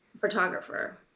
photographer